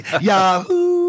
Yahoo